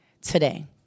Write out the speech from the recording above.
today